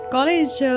College